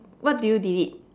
what do you delete